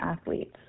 athletes